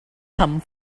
come